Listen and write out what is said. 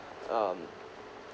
um